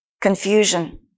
Confusion